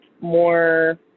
more